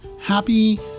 Happy